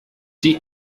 die